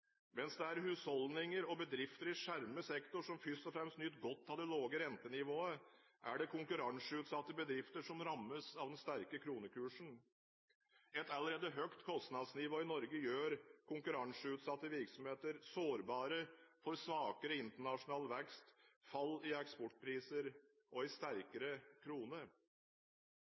Mens det er husholdninger og bedrifter i skjermet sektor som først og fremst nyter godt av det lave rentenivået, er det konkurranseutsatte bedrifter som rammes av den sterke kronekursen. Et allerede høyt kostnadsnivå i Norge gjør konkurranseutsatte virksomheter sårbare for svakere internasjonal vekst, fall i eksportpriser og en sterkere krone.